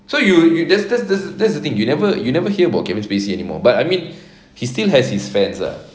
so you you that's that's the that's the thing you never you never hear about kevin spacey anymore but I mean he still has his fans lah